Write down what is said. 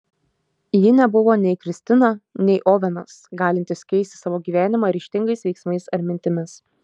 ji nebuvo nei kristina nei ovenas galintys keisti savo gyvenimą ryžtingais veiksmais ar mintimis